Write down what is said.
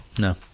No